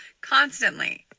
constantly